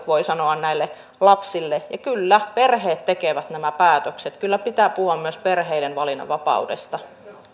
voi sanoa palvelu näille lapsille ja kyllä perheet tekevät nämä päätökset kyllä pitää puhua myös perheiden valinnanvapaudesta